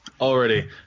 Already